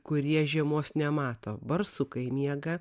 kurie žiemos nemato barsukai miega